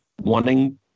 wanting